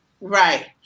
Right